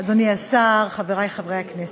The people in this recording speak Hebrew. אדוני השר, חברי חברי הכנסת,